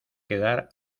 quedar